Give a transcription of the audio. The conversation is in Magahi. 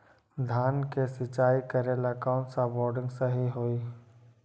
धान के सिचाई करे ला कौन सा बोर्डिंग सही होई?